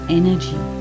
energy